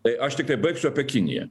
tai aš tikrai baigsiu apie kiniją